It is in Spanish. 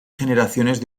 generaciones